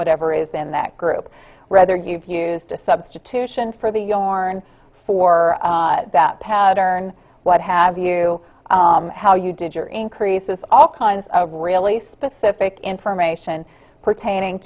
whatever is in that group rather you've used a substitution for the yarn for that pattern what have you how you did your increases all kinds of really specific information pertaining